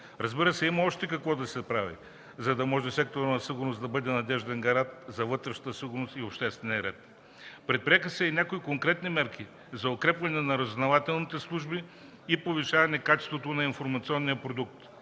Разбира се, има още какво да се прави, за да може секторът за сигурност да бъде надежден гарант за вътрешната сигурност и обществения ред. Предприети са и някои конкретни мерки за укрепване на разузнавателните служби и повишаване качеството на информационния продукт.